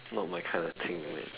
not my kind of thing